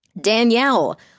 Danielle